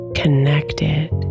connected